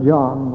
John